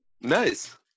Nice